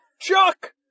Chuck